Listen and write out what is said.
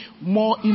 more